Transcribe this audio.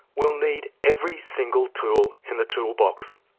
we'll need every single tool in the tool box.